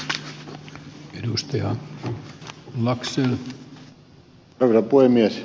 arvoisa puhemies